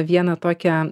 vieną tokią